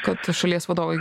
kad šalies vadovai